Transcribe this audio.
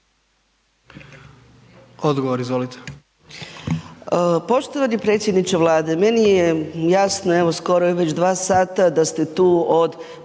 Odgovor, izvolite.